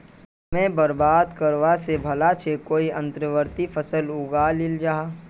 समय बर्बाद करवा स भला छ कोई अंतर्वर्ती फसल उगइ लिल जइ